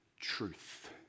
truth